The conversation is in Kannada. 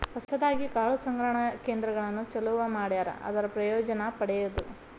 ಹೊಸದಾಗಿ ಕಾಳು ಸಂಗ್ರಹಣಾ ಕೇಂದ್ರಗಳನ್ನು ಚಲುವ ಮಾಡ್ಯಾರ ಅದರ ಪ್ರಯೋಜನಾ ಪಡಿಯುದು